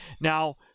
Now